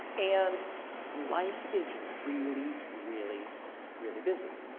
and life is really, really really busy.